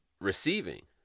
receiving